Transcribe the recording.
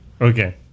Okay